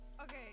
Okay